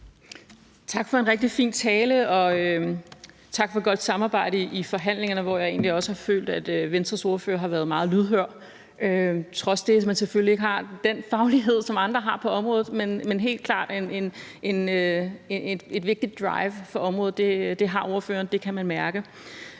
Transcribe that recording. Tak for en rigtig fin tale, og tak for godt samarbejde i forhandlingerne, hvor jeg egentlig også har følt, at Venstres ordfører har været meget lydhør, på trods af at man selvfølgelig ikke har den faglighed, som andre har på området. Men ordføreren har et vigtigt drive på området, det kan man mærke.